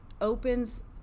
opens